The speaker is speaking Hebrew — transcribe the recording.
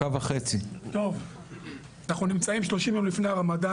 אנחנו נמצאים 30 יום לפני הרמדאן.